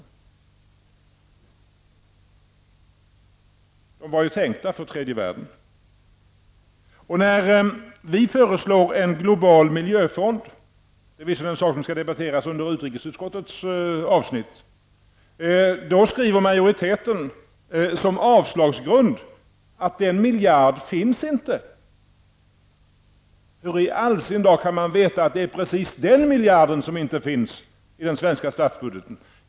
Pengarna var ju tänkta för tredje världen. Vi har kommit med förslag om en global miljöfond -- den saken skall visserligen debatteras i samband med att utrikesutskottets betänkande tas upp -- och mot den bakgrunden anför majoriteten i sin skrivning som grund för sitt avslagsyrkande att den miljarden inte finns. Men hur i all sin dar kan man veta att det är precis den miljarden som inte finns i den svenska statsbudgeten?